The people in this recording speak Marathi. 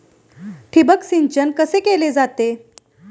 ठिबक सिंचन कसे केले जाते?